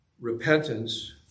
repentance